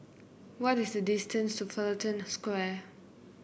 what is the distance Fullerton Square